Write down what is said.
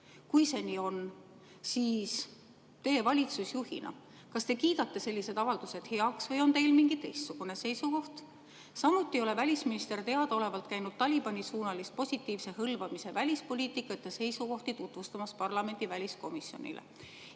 Kui see nii on, siis kas teie valitsusjuhina kiidate sellised avaldused heaks või on teil mingi teistsugune seisukoht? Samuti ei ole välisminister teadaolevalt käinud Talibani-suunalist positiivse hõlvamise välispoliitikat ja seisukohti tutvustamas parlamendi väliskomisjonile.